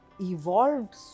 Evolved